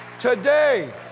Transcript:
today